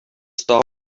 star